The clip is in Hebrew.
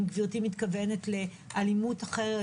מתכוונת לאלימות אחרת,